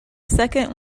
second